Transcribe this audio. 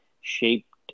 shaped